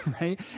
right